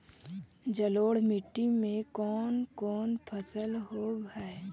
जलोढ़ मट्टी में कोन कोन फसल होब है?